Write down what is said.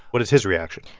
what is his reaction?